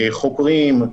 חוקרים,